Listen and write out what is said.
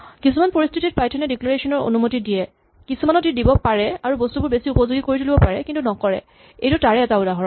কিছুমান পৰিস্হিতিত পাইথনে ডিক্লেৰেচন ৰ অনুমতি দিয়ে কিছুমানত ই দিব পাৰে আৰু বস্তুবোৰ বেছি উপযোগী কৰি তুলিব পাৰে কিন্তু নকৰে এইটো তাৰে এটা উদাহৰণ